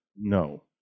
No